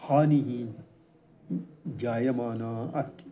हानिः जायमानाः अस्ति